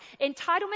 Entitlement